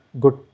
good